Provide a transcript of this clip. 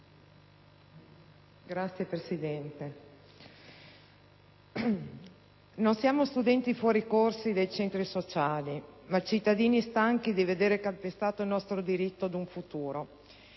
signor Presidente. «Non siamo studenti fuori corso dei centri sociali, ma cittadini stanchi di vedere calpestato il nostro diritto ad un futuro.